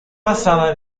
basada